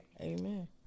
Amen